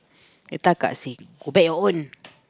later akak say go back your own